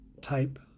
type